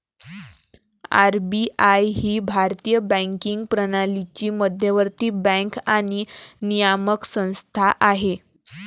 RBI ही भारतीय banking प्रणालीची मध्यवर्ती बँक आणि नियामक संस्था आहे